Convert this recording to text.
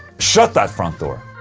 sshut that front door